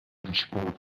describe